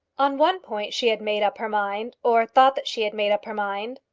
on one point she had made up her mind, or thought that she had made up her mind.